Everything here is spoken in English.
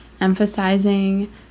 emphasizing